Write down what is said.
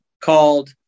called